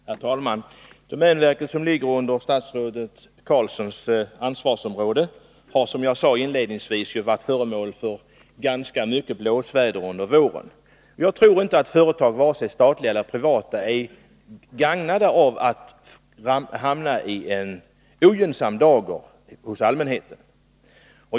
Herr talman! Domänverket, som ligger inom statsrådet Carlssons ansvarsområde, har som jag sade inledningsvis varit ute i ganska mycket blåsväder under våren. Jag tror inte att vare sig privata eller statliga företag gagnas av att framstå i ogynnsam dager hos allmänheten.